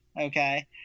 Okay